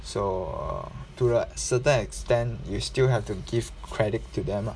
so uh to a certain extent you still have to give credit to them ah